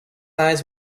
eyes